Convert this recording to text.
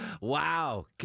Wow